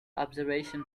observation